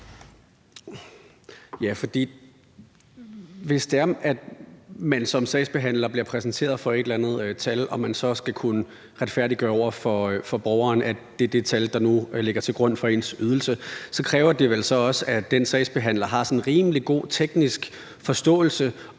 hvis man som sagsbehandler bliver præsenteret for et eller andet tal og man så skal kunne retfærdiggøre over for borgeren, at det er det tal, der nu lægger til grund for den pågældendes ydelse, så kræver det vel også, at den sagsbehandler har sådan en rimelig god teknisk forståelse